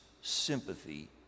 sympathy